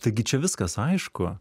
taigi čia viskas aišku